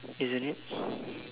isn't it